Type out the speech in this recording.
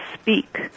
speak